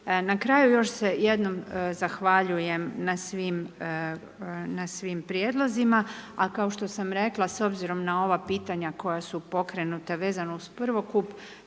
Na kraju još se jednom zahvaljujem na svim prijedlozima a kao što sam rekla s obzirom na ova pitanja koja su pokrenuta vezana uz prvokup,